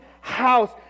house